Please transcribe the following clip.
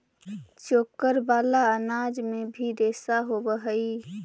चोकर वाला अनाज में भी रेशा होवऽ हई